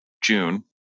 june